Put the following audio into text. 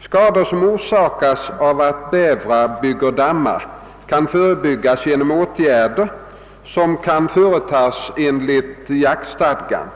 Skador som orsakas av att bävrar bygger dammar kan förebyggas genom åtgärder som kan företas enligt jaktstadgan.